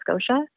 Scotia